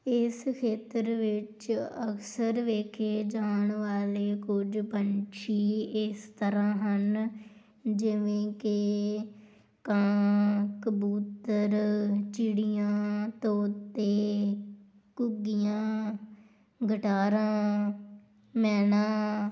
ਇਸ ਖੇਤਰ ਵਿੱਚ ਅਕਸਰ ਵੇਖੇ ਜਾਣ ਵਾਲੇ ਕੁਝ ਪੰਛੀ ਇਸ ਤਰ੍ਹਾਂ ਹਨ ਜਿਵੇਂ ਕਿ ਕਾਂ ਕਬੂਤਰ ਚਿੜੀਆਂ ਤੋਤੇ ਘੁੱਗੀਆਂ ਗਟਾਰਾ ਮੈਨਾ